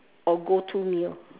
or go to meal